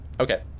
Okay